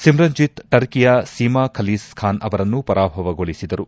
ಸಿಮ್ಜಿತ್ ಟರ್ಕಿಯ ಸೀಮಾ ಖಲೀಸ್ ಖಾನ್ ಅವರನ್ನು ಪರಾಭವಗೊಳಿಸಿದರು